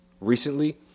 recently